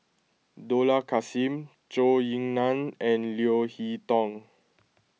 Dollah Kassim Zhou Ying Nan and Leo Hee Tong